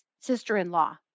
sister-in-law